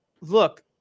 Look